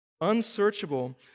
Unsearchable